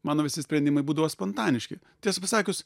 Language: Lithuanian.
mano visi sprendimai būdavo spontaniški tiesą pasakius